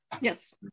Yes